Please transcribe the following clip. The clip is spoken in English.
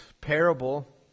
parable